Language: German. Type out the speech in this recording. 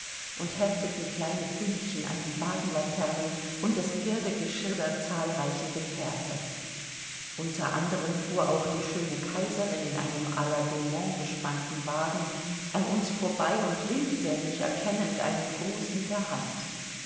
und hefteten kleine fünkchen an die wagenlaternen und das pferdegeschirr der zahlreichen gefährte unter anderen fuhr auch die schöne kaiserin in einem la daumont bespannten wagen an uns vorbei und winkte mich erkennend einen gruß mit der hand